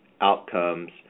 outcomes